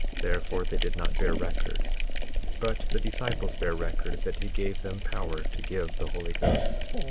therefore they did not bear record but the disciples bare record that he gave them power to give the holy ghost.